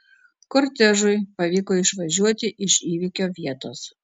kortežui pavyko išvažiuoti iš įvykio vietos